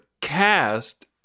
cast